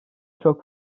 çok